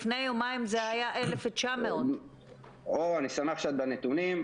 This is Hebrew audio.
לפני יומיים זה היה 1,900. אני שמח שאת בנתונים.